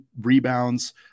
rebounds